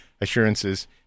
assurances